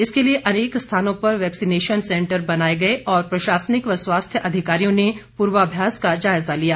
इसके लिए अनेक स्थानों पर वैक्सीनेशन सेंटर बनाए गए और प्रशासनिक व स्वास्थ्य अधिकारियों ने पूर्वाभ्यास का जायजा लिया